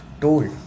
told